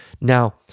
now